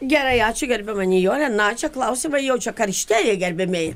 gerai ačiū gerbiama nijole na čia klausimai jau čia karštėja gerbiamieji